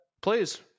Please